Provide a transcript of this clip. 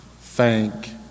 thank